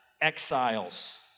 exiles